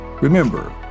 Remember